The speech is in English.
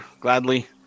gladly